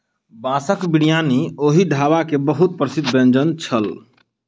बांसक बिरयानी ओहि ढाबा के बहुत प्रसिद्ध व्यंजन छल